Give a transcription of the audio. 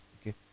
okay